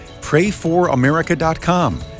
PrayForAmerica.com